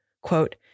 quote